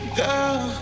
girl